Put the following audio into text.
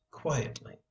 quietly